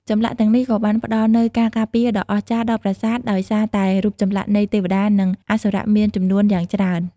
ចម្លាក់ទាំងនេះក៏បានផ្តល់នូវការការពារដ៏អស្ចារ្យដល់ប្រាសាទដោយសារតែរូបចម្លាក់នៃទេវតា និងអសុរៈមានចំនួនយ៉ាងច្រើន។